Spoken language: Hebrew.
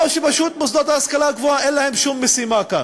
או שפשוט המוסדות להשכלה הגבוהה אין להם שום משימה כאן?